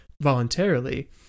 voluntarily